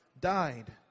died